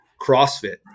CrossFit